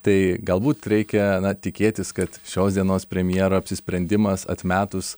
tai galbūt reikia tikėtis kad šios dienos premjero apsisprendimas atmetus